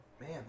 man